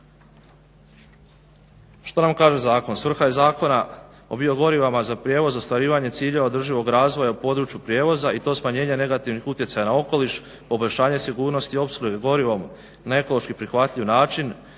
Što nam kaže zakon? Svrha je Zakona o biogorivima za prijevoz ostvarivanje ciljeva održivog razvoja u području prijevoza i to smanjenje negativnih utjecaja na okoliš, poboljšanje sigurnosti opskrbe gorivom na ekološki prihvatljiv način,